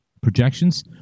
projections